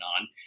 on